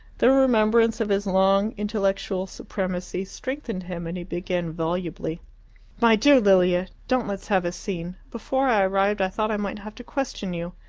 the remembrance of his long intellectual supremacy strengthened him, and he began volubly my dear lilia, don't let's have a scene. before i arrived i thought i might have to question you.